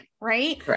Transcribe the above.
Right